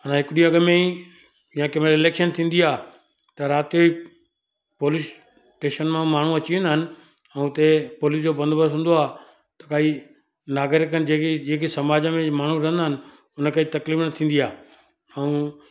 अञा हिक ॾींहं अॻ में ई या कंहिं महिल इलेक्शन थींदी आहे त राति जो ई पोलिस स्टेशन मां माण्हू अची वेंदा आहिनि ऐं हुते पोलिस जो बंददोबस्तु हूंदो आहे त काई नागरिकनि खे जेकी जेकी समाज में माण्हू रहंदा आहिनि हुनखे तकलीफ़ न थींदी आहे ऐं